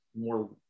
more